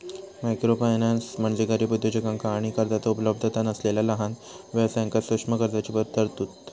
microfinance म्हणजे गरीब उद्योजकांका आणि कर्जाचो उपलब्धता नसलेला लहान व्यवसायांक सूक्ष्म कर्जाची तरतूद